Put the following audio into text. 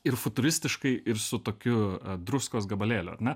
ir futuristiškai ir su tokiu druskos gabalėliu ar ne